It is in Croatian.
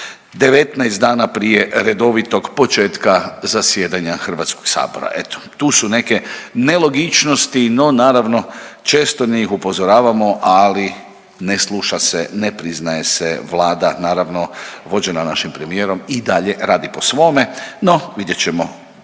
19 dana prije redovitog početka zasjedanja HS-a. Eto, tu su neke nelogičnosti, no naravno, često ne ih upozoravamo, ali ne sluša se, ne priznaje se Vlada, naravno, vođena našim premijerom i dalje radi po svome, no vidjet ćemo koliko